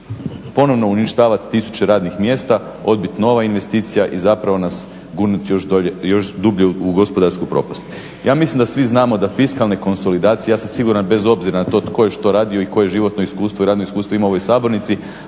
ponovno uništavati tisuće radnih mjesta, odbit nova investicija i zapravo nas gurnut još dublje u gospodarsku propast. Ja mislim da svi znamo da fiskalne konsolidacije, ja sam siguran bez obzira na to tko je što radio i koje životno iskustvo i radno iskustvo ima u ovoj sabornici